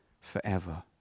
forever